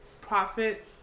profit